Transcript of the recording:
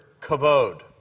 kavod